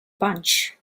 punch